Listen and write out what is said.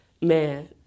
man